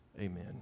amen